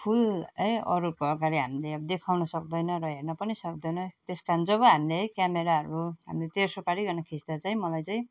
फुल है अरूको अगाडि हामीले अब देखाउन सक्दैन र हेर्न पनि सक्दैन त्यस कारण जब हामीले है क्यामराहरू हामीले तेर्सो पारीकन खिच्दा चाहिँ मलाई चाहिँ